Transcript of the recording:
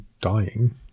dying